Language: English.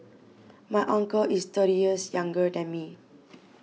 my uncle is thirty years younger than me